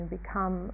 become